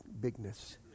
bigness